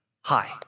hi